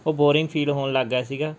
ਉਹ boring feel ਹੋਣ ਲੱਗ ਗਿਆ ਸੀਗਾ